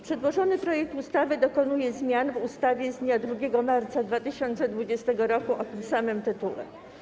Przedłożony projekt ustawy dokonuje zmian w ustawie z dnia 2 marca 2020 r. o tym samym tytule.